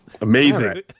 Amazing